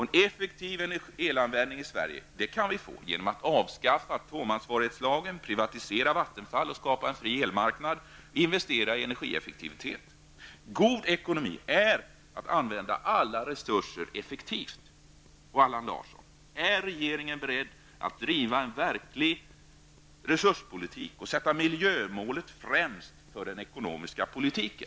En effektiv elanvändning i Sverige kan vi få genom att avskaffa atomansvarighetslagen, privatisera Vattenfall och skapa en fri elmarknad samt genom att investera i energieffektivitet. God ekonomi är att använda alla resurser effektivt. Och till Allan Larsson: Är regeringen beredd att driva en verklig resurspolitik och sätta miljömålet främst för den ekonomiska politiken?